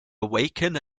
awaken